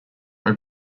are